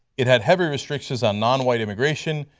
it had heavy restrictions on nonwhite immigration,